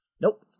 Nope